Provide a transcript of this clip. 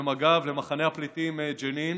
ומג"ב למחנה הפליטים ג'נין